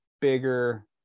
bigger